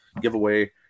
giveaway